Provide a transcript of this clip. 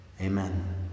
Amen